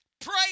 pray